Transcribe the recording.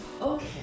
Okay